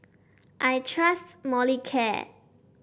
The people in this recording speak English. I trust Molicare